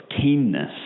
keenness